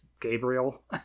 Gabriel